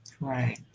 right